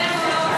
אתם,